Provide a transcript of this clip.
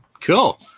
Cool